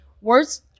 Words